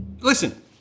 listen